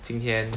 今天